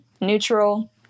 neutral